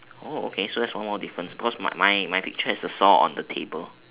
oh okay so that's one more difference because my my picture is the saw on the table